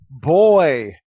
boy